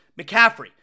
McCaffrey